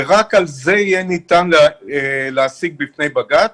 ורק על זה יהיה ניתן להשיג בפני בג"ץ.